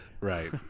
Right